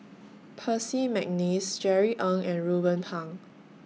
Percy Mcneice Jerry Ng and Ruben Pang